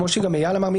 כמו שגם אייל אמר,